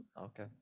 Okay